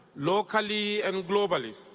locally and globally.